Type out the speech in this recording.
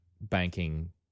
banking